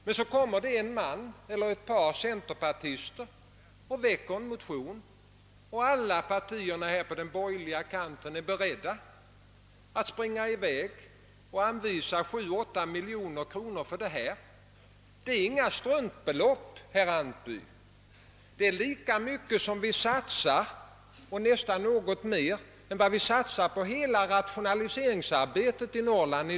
Men så kommer ett par centerpartister och väcker en motion, och alla borgerliga partier blir plötsligt beredda att :anvisa 7 å 8 miljoner kronor för detta ändamål. Det är inget struntbelopp, herr Antby. Det är nästan mer än vad vi satsar på hela rationaliseringsarbetet i Norrland.